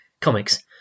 comics